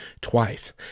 twice